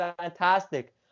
fantastic